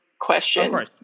question